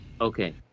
Okay